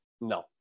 no